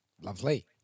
Lovely